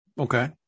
Okay